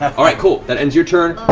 all right, cool. that ends your turn.